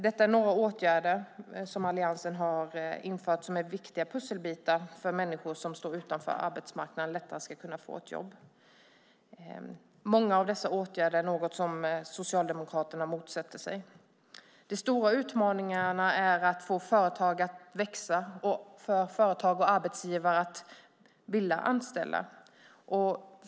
Detta är några åtgärder som Alliansen har infört som är viktiga pusselbitar för att människor som står utanför arbetsmarknaden lättare ska kunna få ett jobb. Många av dessa åtgärder motsätter sig Socialdemokraterna. De stora utmaningarna är att få företag att växa och att få företag och arbetsgivare att vilja anställa.